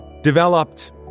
developed